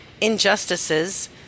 injustices